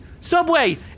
subway